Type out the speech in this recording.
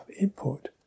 input